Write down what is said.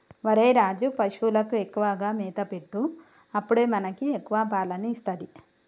ఒరేయ్ రాజు, పశువులకు ఎక్కువగా మేత పెట్టు అప్పుడే మనకి ఎక్కువ పాలని ఇస్తది